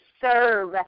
serve